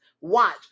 watch